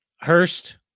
Hurst